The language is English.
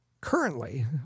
currently